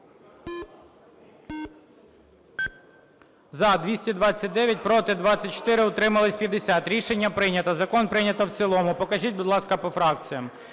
За-229 Проти – 24, утримались – 50. Рішення прийнято. Закон прийнято в цілому. Покажіть, будь ласка, по фракціям.